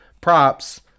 props